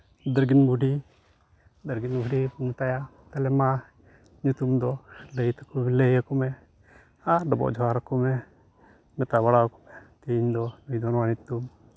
ᱫᱟᱨᱜᱤᱱ ᱵᱩᱰᱷᱤ ᱫᱟᱨᱜᱤᱱ ᱵᱩᱰᱷᱤ ᱠᱚ ᱢᱮᱛᱟᱭᱟ ᱛᱟᱞᱚᱦᱮ ᱢᱟ ᱧᱩᱛᱩᱢ ᱫᱚ ᱞᱟᱹᱭᱟᱠᱚ ᱢᱮ ᱟᱨ ᱰᱚᱵᱚᱜ ᱡᱚᱦᱟᱨᱟᱠᱚ ᱢᱮ ᱢᱮᱛᱟ ᱵᱟᱲᱟᱣᱟᱠᱚ ᱢᱮ ᱛᱮᱦᱮᱧ ᱫᱚ ᱱᱩᱭ ᱫᱚ ᱱᱚᱣᱟ ᱧᱩᱛᱩᱢ